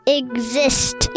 exist